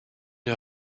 une